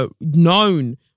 Known